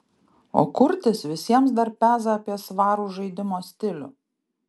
o kurtis visiems dar peza apie svarų žaidimo stilių